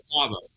Cabo